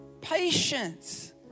patience